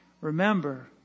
Remember